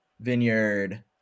vineyard